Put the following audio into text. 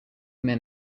men